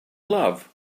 love